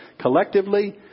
collectively